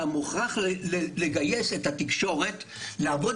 אתה מוכרח לגייס את התקשורת ולעבוד